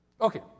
Okay